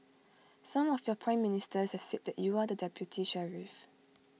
some of your Prime Ministers have said that you are the deputy sheriff